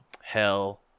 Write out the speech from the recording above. Hell